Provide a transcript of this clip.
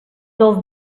dels